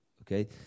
okay